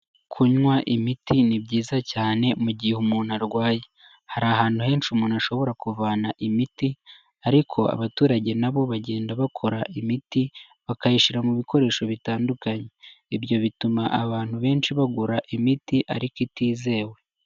Kunywa imiti ni byiza cyane, mu gihe umuntu arwaye. Hari ahantu henshi umuntu ashobora kuvana imiti, ariko abaturage nabo bagenda bakora imiti, bakayishyira mu bikoresho bitandukanye, ibyo bituma abantu benshi bagura imiti, ariko itizewe.